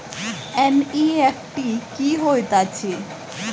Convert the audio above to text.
NEFT की होइत अछि?